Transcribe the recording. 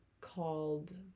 called